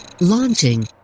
Launching